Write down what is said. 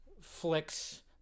flicks